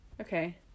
Okay